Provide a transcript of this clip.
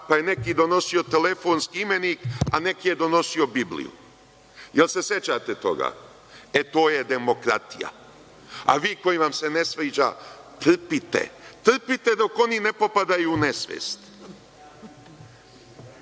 pa je neki donosio telefonski imenik, a neki je donosio Bibliju. Da li se sećate toga? E, to je demokratija. A vi koji vam se ne sviđa, trpite. Trpite dok oni ne popadaju u nesvest.(Ljubiša